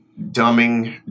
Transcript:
dumbing